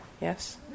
Yes